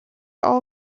all